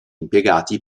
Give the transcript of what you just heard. impiegati